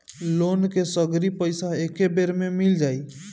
Loan के सगरी पइसा एके बेर में मिल जाई?